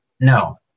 No